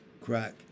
crack